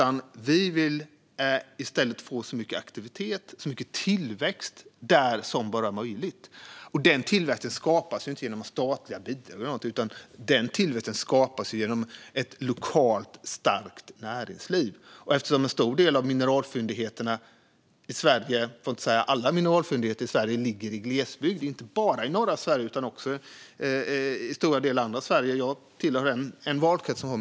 Vi vill i stället få så mycket aktivitet och tillväxt där som möjligt, och denna tillväxt skapas inte genom statliga bidrag utan genom ett starkt lokalt näringsliv. Alla mineralfyndigheter i Sverige finns ju i glesbygden, inte bara i norra Sverige utan på andra ställen i Sverige, till exempel i min valkrets.